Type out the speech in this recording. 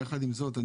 יחד עם זאת,